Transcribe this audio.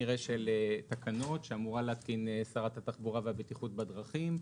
תקנות ששרת התחבורה והבטיחות בדרכים אמורה להתקין.